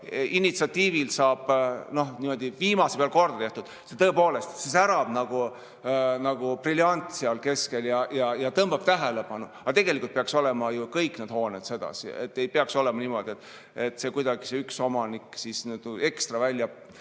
initsiatiivil saab viimase peal korda tehtud, siis see särab nagu briljant seal keskel ja tõmbab tähelepanu, aga tegelikult peaks olema ju kõik hooned sedasi [kenad]. Ei peaks olema niimoodi, et kuidagi see üks omanik ekstra välja